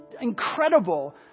incredible